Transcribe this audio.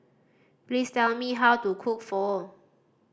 please tell me how to cook Pho